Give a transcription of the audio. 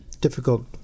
difficult